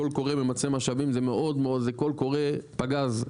קול קורא ממצה משאבים זה קול קורא פגז.